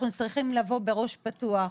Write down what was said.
אנו צריכים לבוא בראש פתוח,